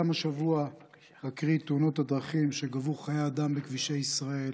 גם השבוע אקריא את תאונות הדרכים שגבו חיי אדם בכבישי ישראל,